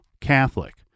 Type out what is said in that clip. Catholic